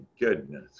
goodness